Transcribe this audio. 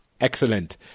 Excellent